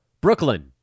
Brooklyn